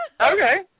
Okay